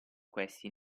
questi